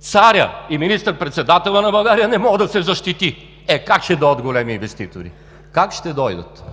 Царят и министър-председател на България не може да се защити. Е, как ще дойдат големи инвеститори, как ще дойдат!?